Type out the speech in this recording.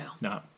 No